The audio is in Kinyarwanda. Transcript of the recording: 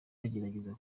bagerageza